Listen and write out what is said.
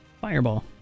Fireball